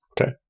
Okay